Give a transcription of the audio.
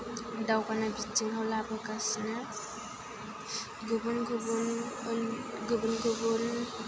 दावगानाय बिथिङाव लाबोगासिनो गुबुन गुबुन गुबुन गुबुन